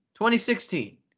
2016